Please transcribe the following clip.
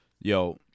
Yo